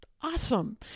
awesome